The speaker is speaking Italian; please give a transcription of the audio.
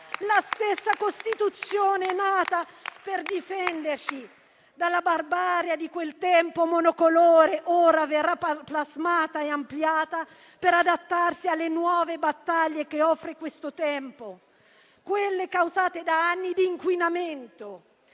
La stessa Costituzione, nata per difenderci dalla barbarie di quel tempo monocolore, ora verrà plasmata e ampliata per adattarsi alle nuove battaglie che questo tempo offre, causate da anni di inquinamento